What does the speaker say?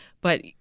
But-